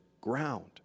ground